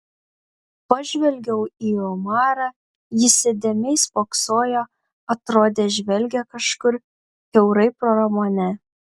pažvelgiau į omarą jis įdėmiai spoksojo atrodė žvelgia kažkur kiaurai pro mane